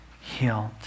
healed